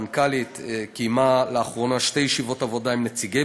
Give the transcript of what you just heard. המנכ"לית קיימה לאחרונה שתי ישיבות עבודה עם נציגי